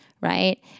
Right